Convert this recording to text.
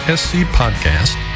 scpodcast